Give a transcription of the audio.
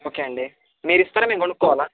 okay అండి మీరు ఇస్తారా మేము కొనుక్కోవాలా